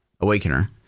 Awakener